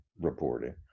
reporting